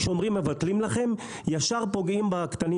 כשאומרים מבטלים לכם ישר פוגעים בקטנים